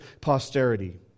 posterity